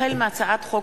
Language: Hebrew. החל בהצעת חוק